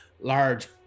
large